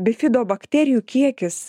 bifidobakterijų kiekis